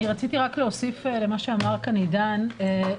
רציתי רק להוסיף אל מה שאמר כאן עידן רול,